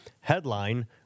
Headline